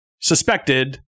Suspected